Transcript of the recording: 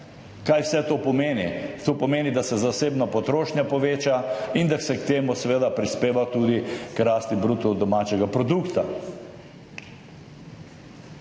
Kaj vse to pomeni? To pomeni, da se zasebna potrošnja poveča in da se s tem seveda prispeva tudi k rasti bruto domačega produkta.